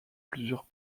plusieurs